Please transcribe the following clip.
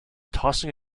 tossing